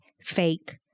fake